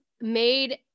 made